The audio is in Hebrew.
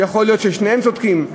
שיכול להיות ששני הצדדים צודקים,